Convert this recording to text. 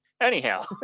Anyhow